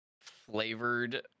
flavored